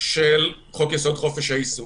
של חוק-יסוד: חופש העיסוק.